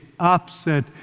upset